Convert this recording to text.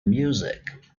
music